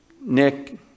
Nick